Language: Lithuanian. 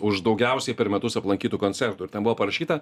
už daugiausiai per metus aplankytų koncertų ir ten buvo parašyta